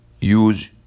Use